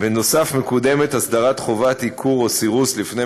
נוסף על כך מקודמת הסדרת חובת עיקור או סירוס לפני